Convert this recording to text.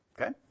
Okay